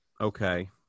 Okay